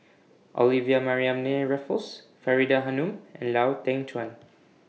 Olivia Mariamne Raffles Faridah Hanum and Lau Teng Chuan